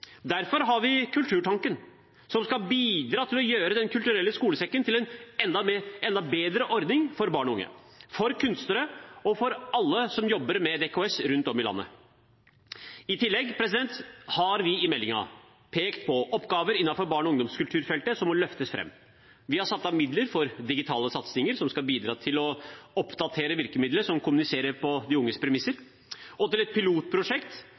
Derfor har vi Kulturtanken, som skal bidra til å gjøre Den kulturelle skolesekken til en enda bedre ordning for barn og unge, for kunstnerne og for alle som jobber med DKS rundt om i landet. I tillegg har vi i meldingen pekt på oppgaver innenfor barne- og ungdomskulturfeltet som må løftes fram. Vi har satt av midler til digitale satsinger som skal bidra til oppdaterte virkemidler som kommuniserer på unges premisser, og til et pilotprosjekt